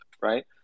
right